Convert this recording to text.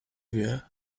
wie